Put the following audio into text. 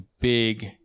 big